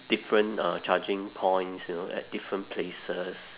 different uh charging points you know at different places